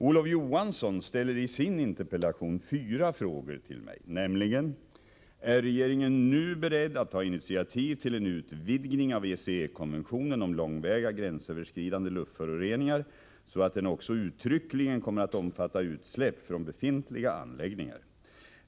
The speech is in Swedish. Olof Johansson ställer i sin interpellation fyra frågor till mig, nämligen: Är regeringen nu beredd att ta initiativ till en utvidgning av ECE konventionen om långväga gränsöverskridande luftföroreningar så att den också uttryckligen kommer att omfatta utsläpp från befintliga anläggningar?